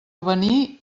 avenir